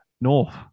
North